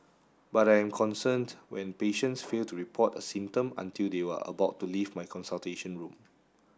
but I am concerned when patients fail to report a symptom until they were about to leave my consultation room